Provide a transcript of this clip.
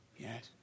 Yes